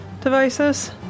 devices